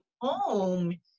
home